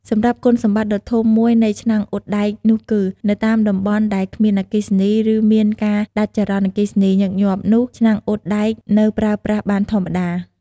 សម្រាប់គុណសម្បត្តិដ៏ធំមួយនៃឆ្នាំងអ៊ុតដែកនោះគឺ នៅតាមតំបន់ដែលគ្មានអគ្គិសនី ឬមានការដាច់ចរន្តអគ្គិសនីញឹកញាប់នោះ ឆ្នាំងអ៊ុតដែកនៅប្រើប្រាស់បានធម្មតា។